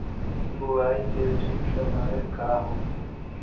बुआई के ठीक समय का होखे?